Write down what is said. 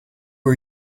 are